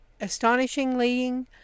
astonishingly